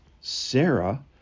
Sarah